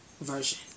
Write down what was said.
version